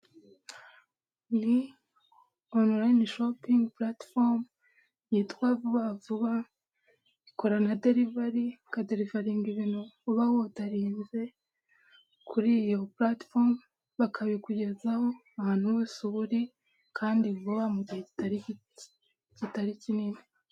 Ni onorayine shopingi paritifomo yitwa vuba vuba ikora na derivari, ikaderivaringa ibintu uba wodarinze kuri iyo paritifomo, bakabikugezaho ahantu hose uba uri kandi vuba mu gihe kitari kinini.